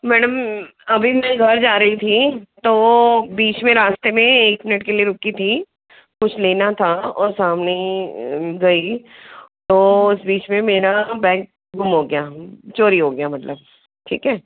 madam अभी मैं घर जा रही थी तो बीच में रास्ते में एक मिनट के लिए रुकी थी कुछ लेना था और सामने गई तो उस बीच में मेरा बैग गुम हो गया चोरी हो गया मतलब ठीक है